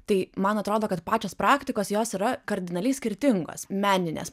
tai man atrodo kad pačios praktikos jos yra kardinaliai skirtingos meninės